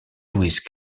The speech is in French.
louise